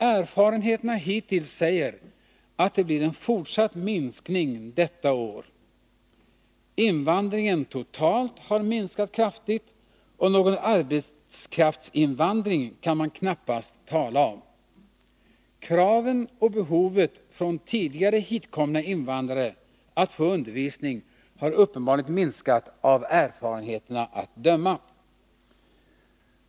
Erfarenheterna hittills säger att det blir en fortsatt minskning detta år. Invandringen totalt har minskät kraftigt, och någon arbetskraftsinvandring kan man knappast tala om. Kraven och behovet från tidigare hitkomna invandrare när det gäller att få undervisning har uppenbarligen minskat, av erfarenheterna att döma.